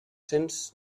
cents